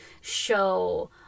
show